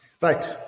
Right